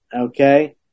okay